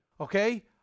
Okay